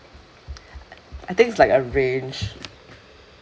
I think is like a range